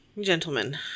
gentlemen